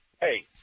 Hey